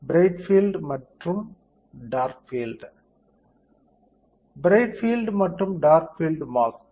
bright field மற்றும் dark field field மற்றும் dark field mask